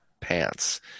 pants